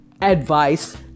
advice